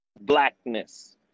blackness